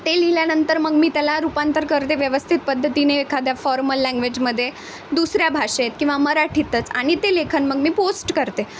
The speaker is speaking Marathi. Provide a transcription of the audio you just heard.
ते लिहिल्यानंतर मग मी त्याला रूपांतर करते व्यवस्थित पद्धतीने एखाद्या फॉर्मल लँग्वेजमध्ये दुसऱ्या भाषेत किंवा मराठीतच आणि ते लेखन मग मी पोस्ट करते